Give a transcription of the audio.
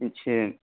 اچھا